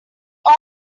all